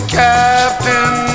captain